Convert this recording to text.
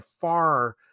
far